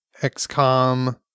XCOM